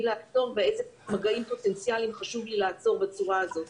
לעצור ואיזה מגעים פוטנציאליים חשוב לי לעצור בצורה הזאת.